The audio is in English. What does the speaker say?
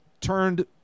turned